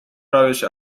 روش